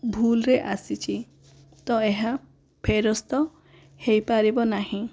ଭୁଲ ରେ ଆସିଛି ତ ଏହା ଫେରସ୍ତ ହୋଇପାରିବ ନାହିଁ